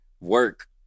work